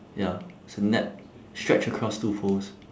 ya it's a net stretched across two poles